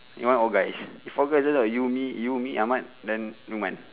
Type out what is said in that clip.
you want all guys if four guy just you me you me ahmad then lukman